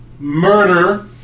Murder